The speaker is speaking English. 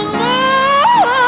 more